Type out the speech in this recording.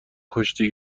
کشتی